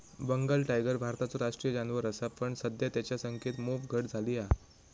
Bengal tiger भारताचो राष्ट्रीय जानवर असा पण सध्या तेंच्या संख्येत मोप घट झाली हा